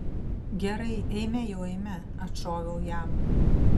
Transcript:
gerai eime jau eime atšoviau jam